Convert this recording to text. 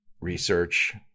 research